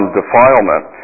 defilement